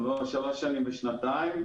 גם לא שלוש שנים או שנתיים.